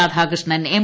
Radhakrishnan M